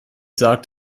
sagt